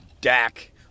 Dak